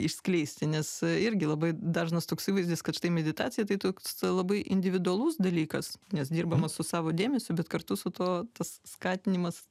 išskleisti nes irgi labai dažnas toks įvaizdis kad štai meditacija tai toks labai individualus dalykas nes dirbama su savo dėmesiu bet kartu su tuo tas skatinimas